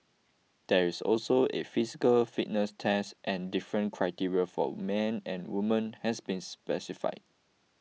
there is also a physical fitness test and different criteria for men and women has been specified